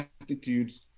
attitudes